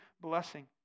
blessing